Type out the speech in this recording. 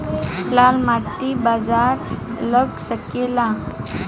लाल माटी मे बाजरा लग सकेला?